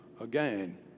again